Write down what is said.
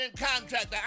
contractor